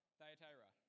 Thyatira